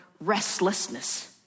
restlessness